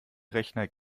rechner